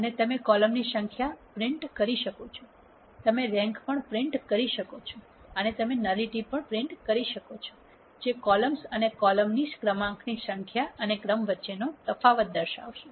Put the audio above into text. અને તમે કોલમની સંખ્યા છાપી શકો છો તમે રેન્ક છાપી શકો છો અને તમે ન્યુલીટી છાપી શકો છો જે કોલમ્સ અને કોલમની ક્રમાંકની સંખ્યા અને ક્રમ વચ્ચેનો તફાવત છે